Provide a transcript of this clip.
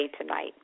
tonight